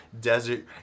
desert